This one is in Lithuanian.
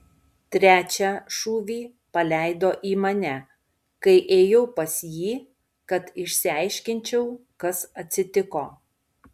trečią šūvį paleido į mane kai ėjau pas jį kad išsiaiškinčiau kas atsitiko